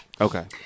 Okay